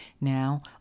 Now